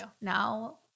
Now